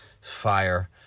Fire